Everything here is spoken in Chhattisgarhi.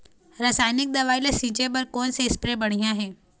रासायनिक दवई ला छिचे बर कोन से स्प्रे बढ़िया हे?